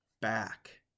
back